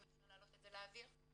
אם אפשר להעלות את זה לאוויר?